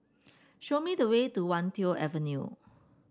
show me the way to Wan Tho Avenue